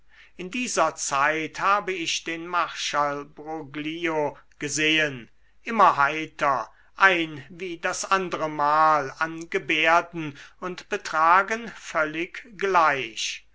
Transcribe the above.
in dieser zeit habe ich den marschall broglio gesehen immer heiter ein wie das andere mal an gebärden und betragen völlig gleich